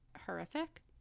horrific